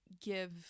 give